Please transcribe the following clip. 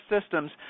systems